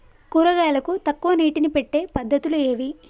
కూరగాయలకు తక్కువ నీటిని పెట్టే పద్దతులు ఏవి?